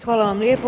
Hvala vam lijepo.